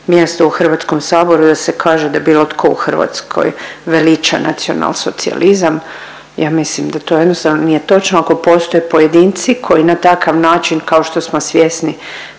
mjesto u Hrvatskom saboru jer se kaže da bilo tko u Hrvatskoj veliča nacionalsocijalizam ja mislim da to jednostavno nije točno ako postoje pojedinci koji na takav način kao što smo svjesni